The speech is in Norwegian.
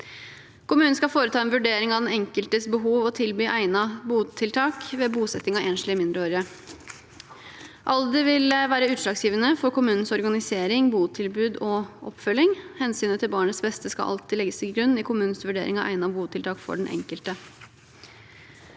for enslige mindreårige asylsøkere enkeltes behov og tilby egnet botiltak ved bosetting av enslige mindreårige. Alder vil være utslagsgivende for kommunens organisering, botilbud og oppfølging. Hensynet til barnets beste skal alltid legges til grunn i kommunens vurdering av egnet botiltak for den enkelte.